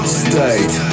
state